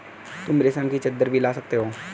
तुम रेशम की चद्दर भी ला सकती हो